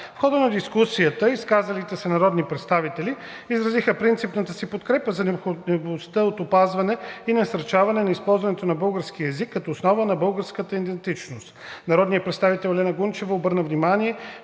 В хода на дискусията изказалите се народни представители изразиха принципната си подкрепа за необходимостта от опазване и насърчаване на използването на българския език като основа на българската идентичност. Народният представител Елена Гунчева обърна внимание,